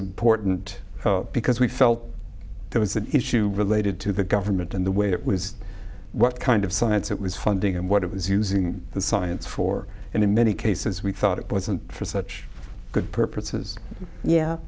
a portent because we felt there was an issue related to the government in the way it was what kind of science it was funding and what it was using the science for and in many cases we thought it wasn't for such good purposes yeah